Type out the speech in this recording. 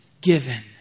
given